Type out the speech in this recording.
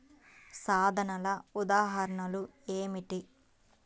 సాధనాల ఉదాహరణలు ఏమిటీ?